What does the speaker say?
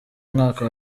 mwaka